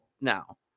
now